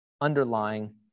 underlying